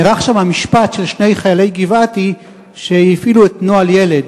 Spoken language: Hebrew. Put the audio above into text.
נערך שם משפט של שני חיילי גבעתי שהפעילו את "נוהל ילד".